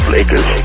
Lakers